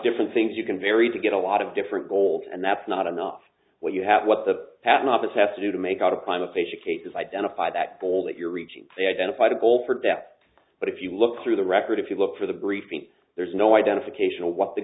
different things you can vary to get a lot of different goals and that's not enough when you have what the patent office has to do to make a climb of educators identify that goal that you're reaching they identified a goal for death but if you look through the record if you look for the briefing there's no identification on what the